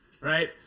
Right